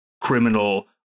criminal